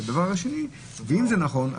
אם זה נכון,